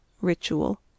Ritual